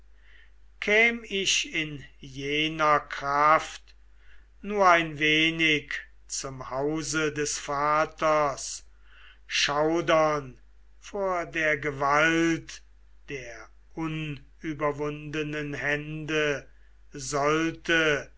käm ich in jener kraft nur ein wenig zum hause des vaters schaudern vor der gewalt der unüberwundenen hände sollte